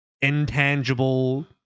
intangible